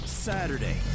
Saturday